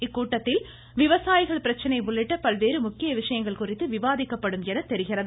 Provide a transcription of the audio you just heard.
இக்கூட்டத்தில் விவசாயிகள் பிரச்சினை உள்ளிட்ட பல்வேறு ழக்கிய விஷயங்கள் குறித்து விவாதிக்கப்படும் என தெரிகிறது